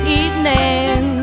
evening